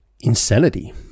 Insanity